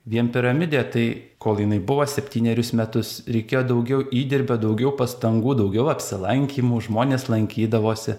vien piramidė tai kol jinai buvo septynerius metus reikėjo daugiau įdirbio daugiau pastangų daugiau apsilankymų žmonės lankydavosi